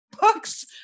books